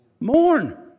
Mourn